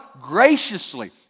graciously